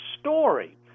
story